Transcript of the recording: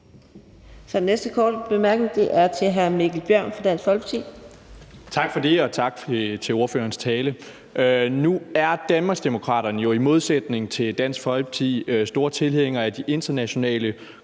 den næste korte bemærkning til hr. Mikkel Bjørn fra Dansk Folkeparti. Kl. 18:09 Mikkel Bjørn (DF): Tak for det, og tak for ordførerens tale. Nu er Danmarksdemokraterne jo i modsætning til Dansk Folkeparti store tilhængere af de internationale